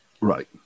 Right